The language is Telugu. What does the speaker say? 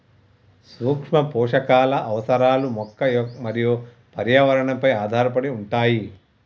సూక్ష్మపోషకాల అవసరాలు మొక్క మరియు పర్యావరణంపై ఆధారపడి ఉంటాయి